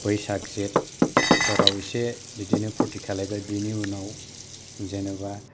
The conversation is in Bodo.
बैसाग जेथ फोराव बिदिनो फुरथि खालायबोय बिनि उनाव जेनेबा